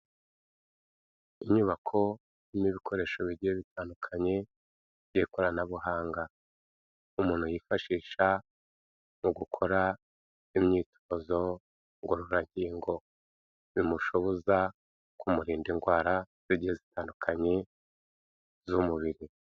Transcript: Inyubako irimo ibikoresho bigiye bitandukanye by'ikoranabuhanga, umuntu yifashisha mu gukora imyitozo ngororangingo bimushoboza kumurinda indwara zigiye zitandukanye z'umubiri.